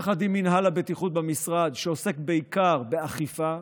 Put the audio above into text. יחד עם מינהל הבטיחות במשרד, שעוסק בעיקר באכיפה.